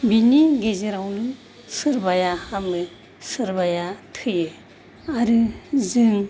बिनि गेजेरावनो सोरबाया हामो सोरबाया थैयो आरो जों